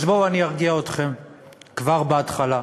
אז בואו אני ארגיע אתכם כבר בהתחלה: